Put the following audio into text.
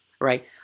right